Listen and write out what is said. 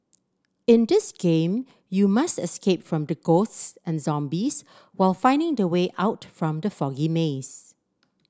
in this game you must escape from the ghosts and zombies while finding the way out from the foggy maze